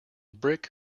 brick